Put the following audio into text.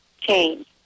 change